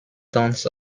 towns